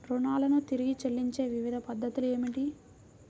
రుణాలను తిరిగి చెల్లించే వివిధ పద్ధతులు ఏమిటి?